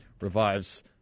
revives